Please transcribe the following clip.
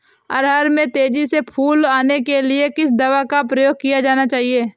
अरहर में तेजी से फूल आने के लिए किस दवा का प्रयोग किया जाना चाहिए?